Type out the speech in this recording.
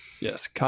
Yes